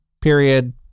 period